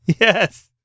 Yes